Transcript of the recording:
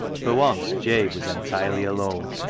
for once jabe was entirely alone.